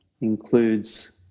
includes